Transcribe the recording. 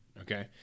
okay